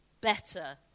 better